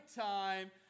time